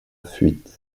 fuite